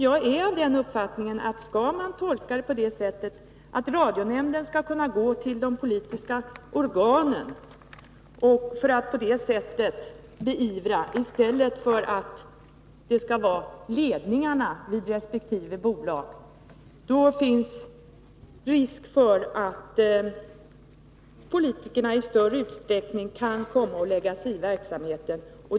Jag är av den uppfattningen, att skall man tolka avtalet på det sättet, att radionämnden skall kunna gå till de politiska organen för att på så vis beivra en sak, i stället för att det skall vara ledningarna för resp. bolag, finns det risk för att politikerna i större utsträckning kan komma att lägga sig i verksamheten.